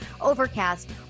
Overcast